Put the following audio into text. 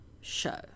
show